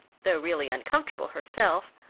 though really uncomfortable herself,